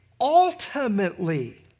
ultimately